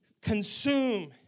consume